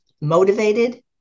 motivated